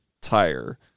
tire